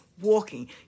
Walking